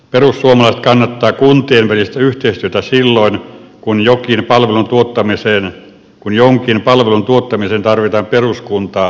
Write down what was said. perussuomalaiset kannattaa kuntien välistä yhteistyötä silloin kun jonkin palvelun tuottamiseen tarvitaan peruskuntaa laajempi alue